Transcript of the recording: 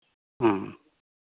ᱚ